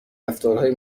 رفتارهای